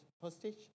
hostage